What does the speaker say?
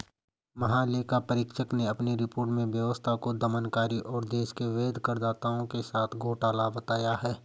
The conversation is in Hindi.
महालेखा परीक्षक ने अपनी रिपोर्ट में व्यवस्था को दमनकारी और देश के वैध करदाताओं के साथ घोटाला बताया है